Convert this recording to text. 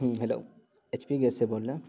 ہوں hello H P gas سے بول رہے ہیں